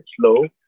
slow